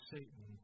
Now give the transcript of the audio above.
Satan